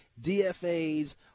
DFA's